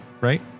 right